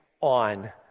on